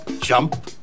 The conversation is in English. jump